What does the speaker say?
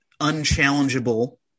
unchallengeable